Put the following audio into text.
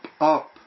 up